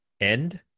end